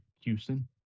Houston